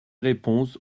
réponses